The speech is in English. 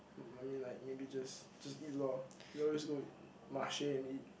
I mean like maybe just just eat loh we all just go Marche and eat